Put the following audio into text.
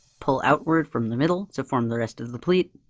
pull outward from the middle to form the rest of the the pleat,